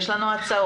יש לנו הצעות,